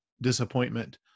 disappointment